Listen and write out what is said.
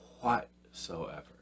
whatsoever